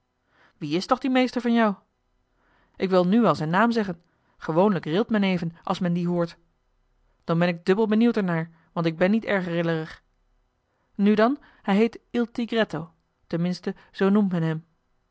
wie is toch die meester van jou ik wil nu wel zijn naam zeggen gewoonlijk rilt men even als men dien hoort joh h been paddeltje de scheepsjongen van michiel de ruijter dan ben ik dubbel benieuwd er naar want ik ben niet erg rillerig nu dan hij heet il tigretto ten minste zoo noemt men